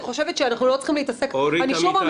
אני חושבת שאנחנו לא צריכים להתעסק בפלסטרים,